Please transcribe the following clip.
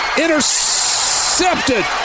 intercepted